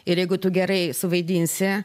ir jeigu tu gerai suvaidinsi